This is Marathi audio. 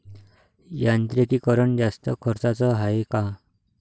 यांत्रिकीकरण जास्त खर्चाचं हाये का?